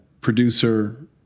producer